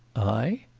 i?